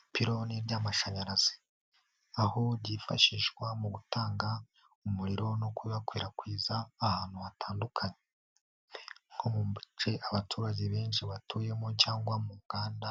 Ipiloni ry'amashanyarazi, aho ryifashishwa mu gutanga umuriro no kuyakwirakwiza ahantu hatandukanye nko mu duce abaturage benshi batuyemo cyangwa mu nganda